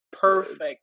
perfect